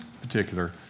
particular